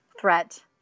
threat